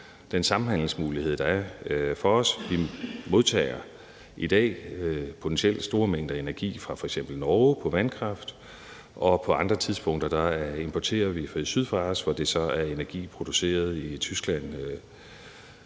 den samhandelsmulighed, der er for os. Vi modtager i dag potentielt store mængder energi fra f.eks. Norge på vandkraftområdet, og på andre tidspunkter importerer vi fra syd for os, hvor det så er energi produceret i Tyskland,